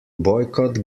boycott